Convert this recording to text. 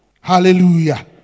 Hallelujah